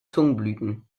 zungenblüten